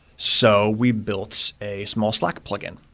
so we built a small slack plugin,